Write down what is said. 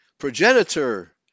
progenitor